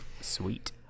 sweet